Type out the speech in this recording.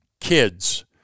kids